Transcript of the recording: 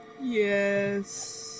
Yes